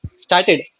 started